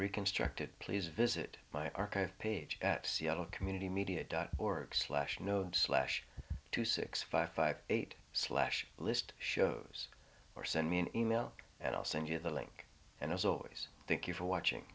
reconstructed please visit my archive page at seattle community media dot org slash node slash two six five five eight slash list shows or send me an email and i'll send you the link and as always thank you for watching